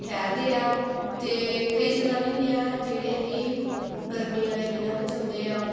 ਠਹਿਰਦੇ ਆ ਅਤੇ ਕਈ ਸੈਲਾਨੀ ਹੁੰਦੇ ਆ ਜਿਹੜੇ ਕਿ ਗਰਮੀਆਂ ਦੇ ਦਿਨਾਂ ਵਿੱਚ ਆਉਂਦੇ ਆ